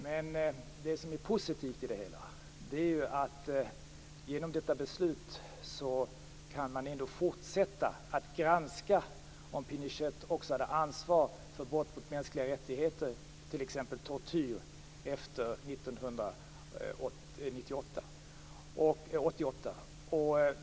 Men det som är positivt i det hela är att genom detta beslut går det ändå att fortsätta granska om Pinochet också hade ansvar för brott mot mänskliga rättigheter, t.ex tortyr, efter 1988.